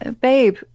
babe